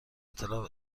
اطلاع